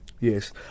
Yes